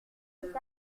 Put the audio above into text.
cet